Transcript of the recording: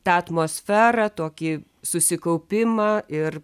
tą atmosferą tokį susikaupimą ir